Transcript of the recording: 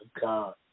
god